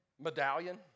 medallion